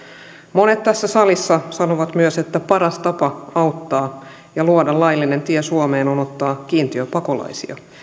monet tässä salissa sanovat myös että paras tapa auttaa ja luoda laillinen tie suomeen on ottaa kiintiöpakolaisia